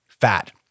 fat